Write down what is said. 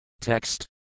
Text